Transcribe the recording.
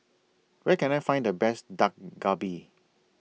Where Can I Find The Best Dak Galbi